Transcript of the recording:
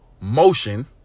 motion